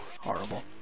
horrible